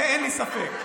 בזה אין לי ספק.